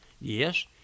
Yes